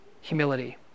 humility